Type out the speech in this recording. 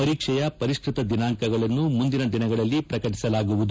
ಪರೀಕ್ಷೆಯ ಪರಿಷ್ಟ್ರತ ದಿನಾಂಕಗಳನ್ನು ಮುಂದಿನ ದಿನಗಳಲ್ಲಿ ಪ್ರಕಟಸಲಾಗುವುದು